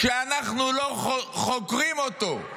כשאנחנו לא חוקרים אותו,